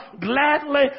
gladly